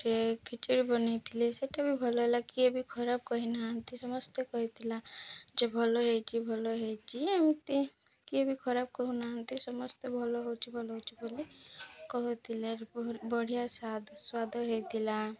ସେ ଖେଚେଡ଼ି ବନେଇଥିଲେି ସେଟା ବି ଭଲ ହେଲା କିଏ ବି ଖରାପ କହିନାହାନ୍ତି ସମସ୍ତେ କହିଥିଲା ଯେ ଭଲ ହେଇଛି ଭଲ ହେଇଛି ଏମିତି କିଏ ବି ଖରାପ କହୁନାହାନ୍ତି ସମସ୍ତେ ଭଲ ହେଉଛି ଭଲ ହେଉଛି ବୋଲି କହୁଥିଲେ ବଢ଼ିଆ ସ୍ୱାଦ ସ୍ୱାଦ ହେଇଥିଲା